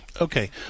Okay